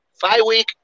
five-week